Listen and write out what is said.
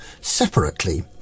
separately